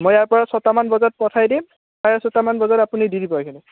মই ইয়াৰপৰা ছটামান বজাত পঠাই দিম প্ৰায় ছটামান বজাত আপুনি দি দিব সেইখিনি